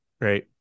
right